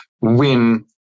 win